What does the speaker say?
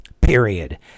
Period